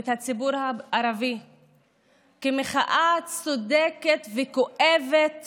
ואת הציבור הערבי במחאה צודקת וכואבת